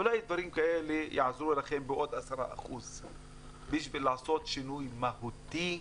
אולי דברים כאלה יעזרו לכם בעוד 10%. בשביל לעשות שינוי מהותי,